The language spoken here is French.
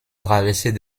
traversée